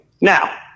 Now